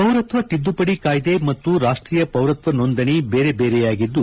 ಪೌರತ್ವ ತಿದ್ದುಪಡಿ ಕಾಯ್ದೆ ಮತ್ತು ರಾಷ್ನೀಯ ಪೌರತ್ವ ನೋಂದಣಿ ಬೇರೆ ಬೇರೆಯಾಗಿದ್ದು